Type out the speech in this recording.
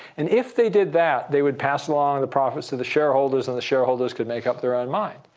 and if they did that, they would pass along the profits to the shareholders and the shareholders could make up their own mind.